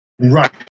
right